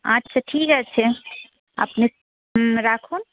আচ্ছা ঠিক আছে আপনি রাখুন